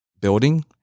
building